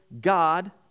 God